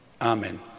amen